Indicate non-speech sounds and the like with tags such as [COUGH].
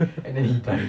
[LAUGHS]